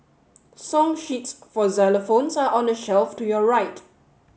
song sheets for xylophones are on the shelf to your right